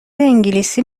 انگلیسی